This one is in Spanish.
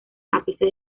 ápice